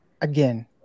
again